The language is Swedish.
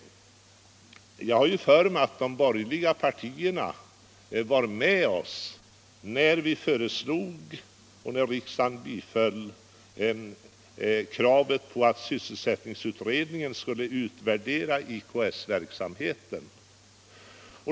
Jag har för mig att de borgerliga partierna var med oss när vi framförde — och när riksdagen biföll — kravet på att sysselsättningsutredningen skulle utvärdera IKS-verksamheten.